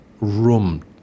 room